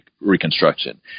Reconstruction